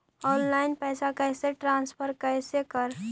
Online पैसा कैसे transfer कैसे कर?